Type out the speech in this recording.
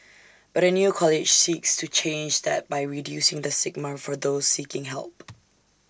but A new college seeks to change that by reducing the stigma for those seeking help